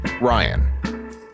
Ryan